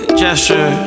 gesture